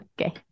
Okay